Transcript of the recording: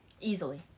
easily